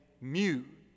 mute